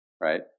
Right